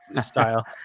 style